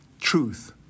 truth